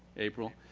april,